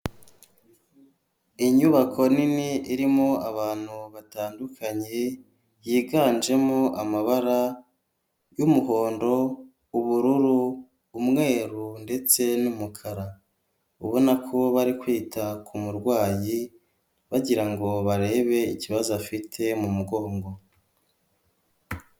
Inyubako nini irimo abantu batandukanye, yiganjemo amabara y'umuhondo, ubururu, umweru ndetse n'umukara, ubona ko bari kwita ku murwayi bagirango ngo barebe ikibazo afite mu mugongo.